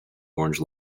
orange